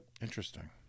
Interesting